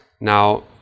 Now